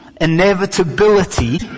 inevitability